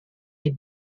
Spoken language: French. est